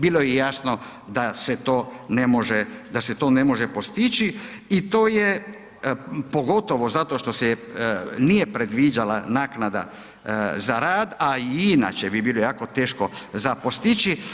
Bilo je jasno da se to ne može postići i to je pogotovo zato što se nije predviđala naknada za rad, a i inače bi bilo jako teško za postići.